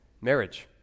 marriage